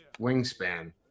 wingspan